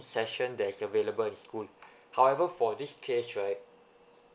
session that's available in school however for this case right